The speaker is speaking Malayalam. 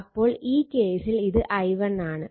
അപ്പോൾ ഈ കേസിൽ ഇത് i1 ആണ്